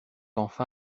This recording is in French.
enfin